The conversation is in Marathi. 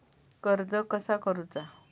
कर्ज कसा करूचा?